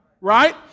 Right